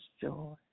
joy